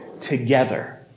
together